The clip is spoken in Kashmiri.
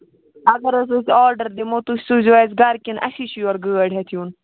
اَگر حظ أسۍ آردڑ دِمو تُہۍ سوٗزیو اَسہِ گرٕ کِنہٕ اَسی چھُ یورٕ گٲڑۍ ہیٚتھ یُن